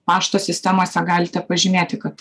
pašto sistemose galite pažymėti kad